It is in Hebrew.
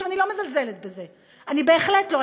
עכשיו, אני לא מזלזלת בזה, בהחלט לא.